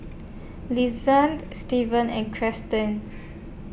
Lizette Stevie and Cristin